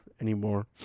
anymore